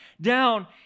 down